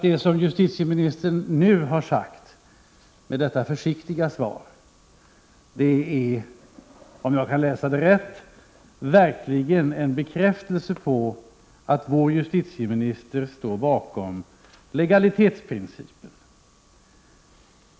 Det justitieministern nu har sagt med detta försiktiga svar är, om jag förstår det rätt, en bekräftelse på att hon verkligen står bakom legalitetsprincipen.